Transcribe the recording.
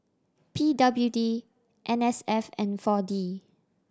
P W D N S F and Four D